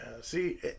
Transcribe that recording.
See